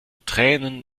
tränen